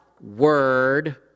word